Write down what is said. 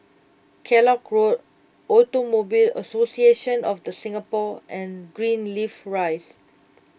Kellock Road Automobile Association of the Singapore and Greenleaf Rise